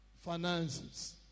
finances